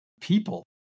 people